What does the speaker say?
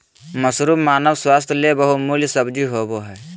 mushroom मानव स्वास्थ्य ले बहुमूल्य सब्जी होबय हइ